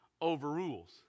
overrules